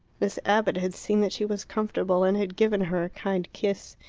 miss abbott had seen that she was comfortable, and had given her a kind kiss.